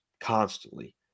constantly